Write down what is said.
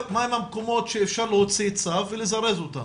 בפועל, מהם המקומות שאפשר להוציא צו ולזרז אותם.